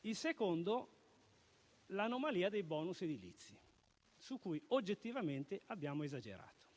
è dato dall'anomalia dei *bonus* edilizi, su cui oggettivamente abbiamo esagerato,